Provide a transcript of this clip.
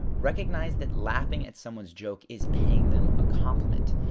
recognize that laughing at someones joke is paying them a compliment.